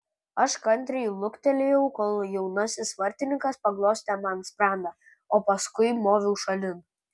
aš kantriai luktelėjau kol jaunasis vartininkas paglostė man sprandą o paskui moviau šalin